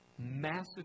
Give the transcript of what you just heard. massive